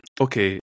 Okay